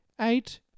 eight